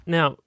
Now